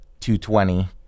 220